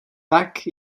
tak